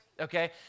Okay